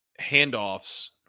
handoffs